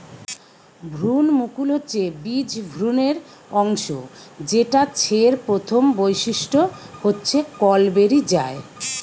ভ্রূণমুকুল হচ্ছে বীজ ভ্রূণের অংশ যেটা ছের প্রথম বৈশিষ্ট্য হচ্ছে কল বেরি যায়